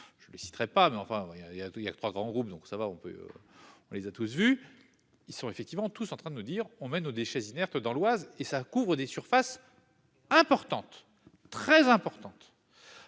et. Je les citerai pas, mais enfin il y a il y a tout, il y a 3 grands groupes, donc ça va on peut. On les a tous vus, ils sont effectivement tous en train de nous dire on met nos déchets inertes dans l'Oise. Et ça couvre des surfaces. Importantes. Très importantes.